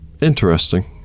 Interesting